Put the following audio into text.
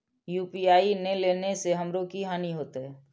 UPI ने लेने से हमरो की हानि होते?